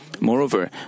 Moreover